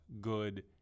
good